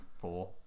four